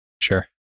Sure